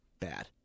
bad